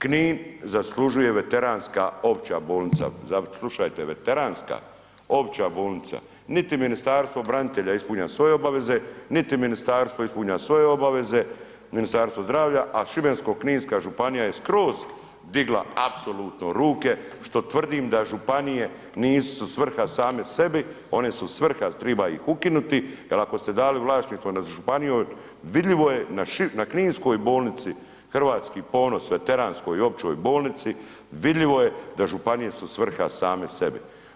Knin zaslužuje veteransku opća bolnica, slušajte, veteranska opća bolnica, niti Ministarstvo branitelja ispunjava svoje obaveze, niti ministarstvo ispunjava svoje obaveze, Ministarstvo zdravlja a Šibensko-kninska županija je skroz digla apsolutno ruke što tvrdim da županije nisu svrha same sebi, one su svrha jer treba ih ukinuti jer ako ste dali vlasništvo nad županijom, vidljivo je na kninskoj bolnici „Hrvatski ponos“, veteranskoj općoj bolnici, vidljivo je da županije su svrha same sebi.